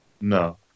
No